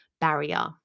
barrier